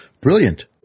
Brilliant